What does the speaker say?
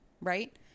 right